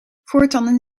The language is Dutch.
voortanden